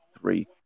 three